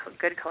good